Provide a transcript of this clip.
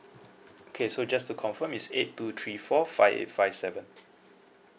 okay so just to confirm it's eight two three four five eight five seven